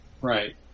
Right